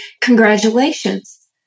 congratulations